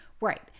right